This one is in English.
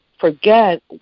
forget